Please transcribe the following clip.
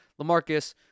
LaMarcus